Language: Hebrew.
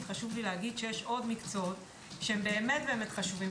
חשוב לי להגיד שיש עוד מקצועות שהם באמת באמת חשובים.